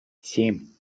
семь